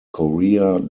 korea